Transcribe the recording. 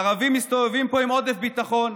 הערבים מסתובבים פה עם עודף ביטחון,